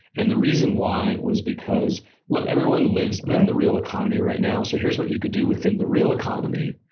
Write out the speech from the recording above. and the reason why was because look, everyone lives in the real economy right now. so here's what you can do within the real economy,